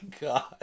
God